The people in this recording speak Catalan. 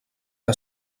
que